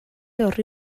horri